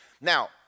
Now